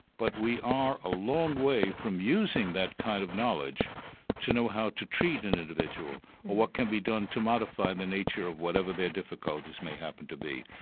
but we are a long way from using that kind of knowledge to know how to treat an individual, or what can be done to modify the nature of whatever their difficulties may happen to be.